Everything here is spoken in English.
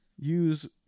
Use